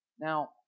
Now